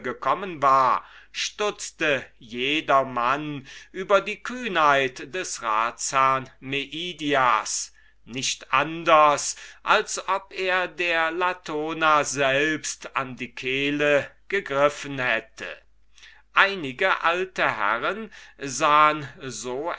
gekommen war stutzte jedermann über die kühnheit des ratsherrn meidias nicht anders als ob er der latona selbst an die kehle gegriffen hätte einige alte herren sahen so